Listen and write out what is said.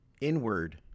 inward